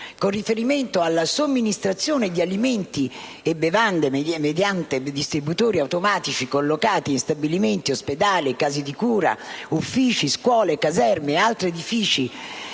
Con riferimento alla somministrazione di alimenti e bevande mediante distributori automatici collocati in stabilimenti, ospedali, case di cura, uffici, scuole, caserme e altri edifici